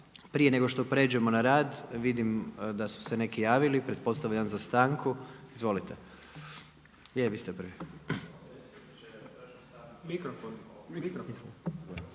Prije nego što prijeđemo na rad vidim da su se neki javili, pretpostavljam za stanku. **Jandroković, Gordan